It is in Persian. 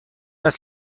است